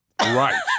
Right